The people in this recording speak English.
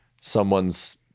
someone's